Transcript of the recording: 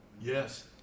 Yes